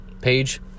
page